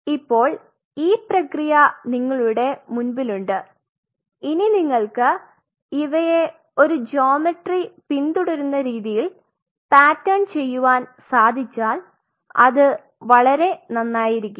ഇപ്പോൾ ഈ പ്രെക്രിയ നിങ്ങളുടെ മുൻപിലുണ്ട് ഇനി നിങ്ങൾക് ഇവയെ ഒരു ജ്യോമെട്രീ പിന്തുടരുന്ന രീതിയിൽ പാറ്റേൺ ചെയുവാൻ സാധിച്ചാൽ അത് വളരെ നന്നായിരിക്കും